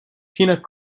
peanut